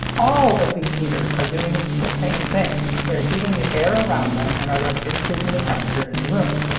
all of these heaters are doing the same thing. they're heating the air around them and are thus increasing the temperature in the room.